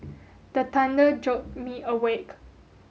the thunder jolt me awake